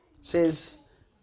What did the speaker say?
Says